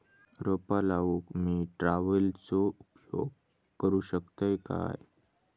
रोपा लाऊक मी ट्रावेलचो उपयोग करू शकतय काय?